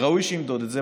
וראוי שימדוד את זה,